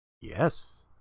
Yes